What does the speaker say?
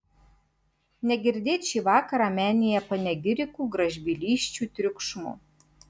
negirdėt šį vakarą menėje panegirikų gražbylysčių triukšmo